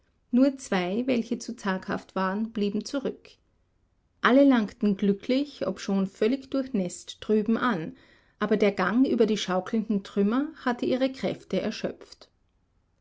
nur zwei welche zu zaghaft waren blieben zurück alle langten glücklich obschon völlig durchnäßt drüben an aber der gang über die schaukelnden trümmer hatte ihre kräfte erschöpft